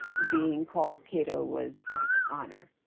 being called kato was like, an honor,